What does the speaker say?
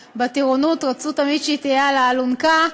ובטירונות רצו תמיד שהיא תהיה על האלונקה,